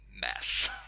mess